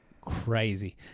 crazy